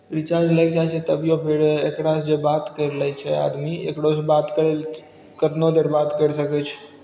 recharge लागि जाइ छै तभिओ फेर एकरासँ जे बात करि लै छै आदमी एकरोसँ बात करि लै छै कतनो देर बात करि सकै छै